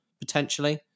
potentially